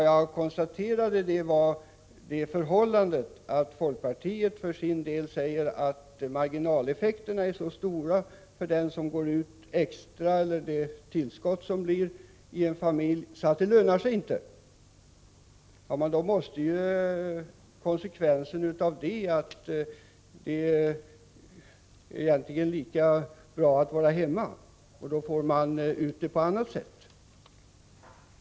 Jag konstaterade att folkpartiet för sin del säger att marginaleffekterna är så stora i fråga om det tillskott som uppstår genom att någon i en familj går ut och arbetar extra, att det inte lönar sig. Konsekvensen av det måste bli att det egentligen är lika bra att vara hemma — då får man ut det på annat sätt.